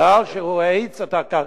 מכיוון שהוא האיץ את הקרקעות.